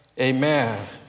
Amen